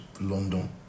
London